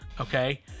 okay